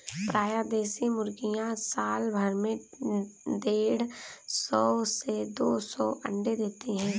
प्रायः देशी मुर्गियाँ साल भर में देढ़ सौ से दो सौ अण्डे देती है